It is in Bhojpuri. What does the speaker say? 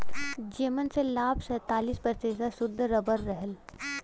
जेमन से लगभग सैंतालीस प्रतिशत सुद्ध रबर रहल